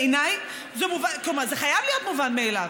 בעיני זה חייב להיות מובן מאליו.